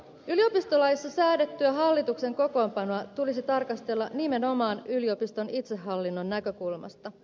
yliopistolaissa säädettyä hallituksen kokoonpanoa tulisi tarkastella nimenomaan yliopiston itsehallinnon näkökulmasta